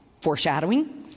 Foreshadowing